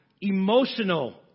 emotional